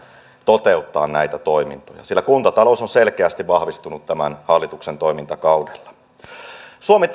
toteuttaa näitä toimintoja sillä kuntatalous on selkeästi vahvistunut tämän hallituksen toimintakaudella suomi